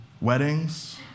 Weddings